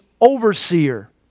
overseer